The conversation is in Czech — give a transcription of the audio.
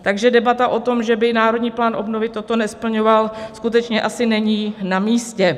Takže debata o tom, že by Národní plán obnovy toto nesplňoval, skutečně asi není namístě.